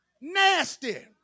Nasty